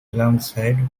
alongside